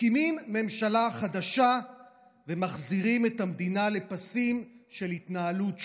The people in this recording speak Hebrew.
מקימים ממשלה חדשה ומחזירים את המדינה לפסים של התנהלות שפויה.